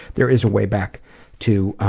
there is a way back to